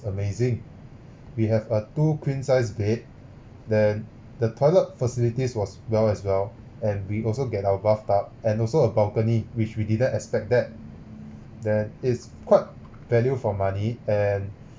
amazing we have a two queen size bed then the toilet facilities was well as well and we also get our bathtub and also a balcony which we didn't expect that that is quite value for money and